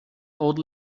old